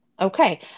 Okay